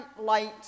light